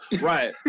Right